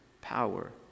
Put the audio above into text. power